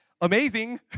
Amazing